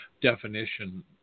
definition